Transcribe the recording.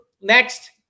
next